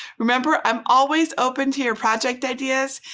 remember, i'm always open to your project ideas.